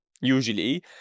usually